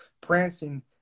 prancing